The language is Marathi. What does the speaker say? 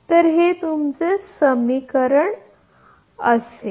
तर तुमचे समीकरणअसेल